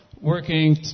working